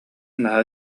наһаа